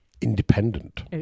Independent